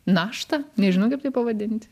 naštą nežinau kaip tai pavadinti